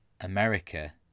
America